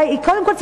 קודם כול,